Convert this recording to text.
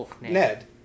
Ned